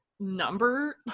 number